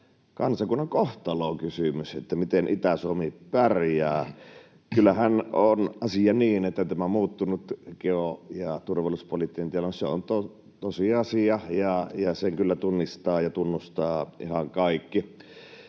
kansakunnan kohtalonkysymys, miten Itä-Suomi pärjää. Kyllähän asia on niin, että tämä muuttunut geo- ja turvallisuuspoliittinen tilanne on tosiasia, ja sen kyllä tunnistavat ja tunnustavat ihan kaikki.